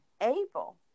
able